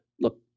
Look